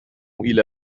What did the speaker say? إلى